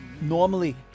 Normally